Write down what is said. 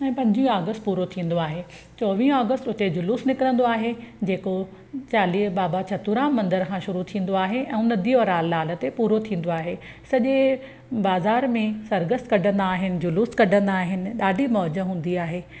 ऐं पंजवीह अगस्त पूरो थींदो आहे चोवीह अगस्त उते जुलुस निकिरंदो आहे जेको चालीह बाबा शतूराम मंदर खां शुरू थींदो आहे ऐं नदीअ वारो लाल ते पूरो थींदो आहे सॼे बाज़ारि में सर्गसि कढंदा आहिनि जुलुस कढंदा आहिनि ॾाढी मौज हूंदी आहे